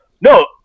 No